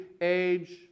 age